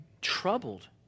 troubled